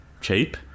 cheap